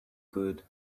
good